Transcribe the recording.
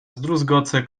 zdruzgoce